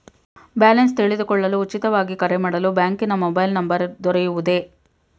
Balance ತಿಳಿದುಕೊಳ್ಳಲು ಉಚಿತವಾಗಿ ಕರೆ ಮಾಡಲು ಬ್ಯಾಂಕಿನ ಮೊಬೈಲ್ ನಂಬರ್ ದೊರೆಯುವುದೇ?